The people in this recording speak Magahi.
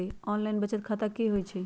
ऑनलाइन बचत खाता की होई छई?